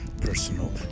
personal